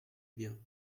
bien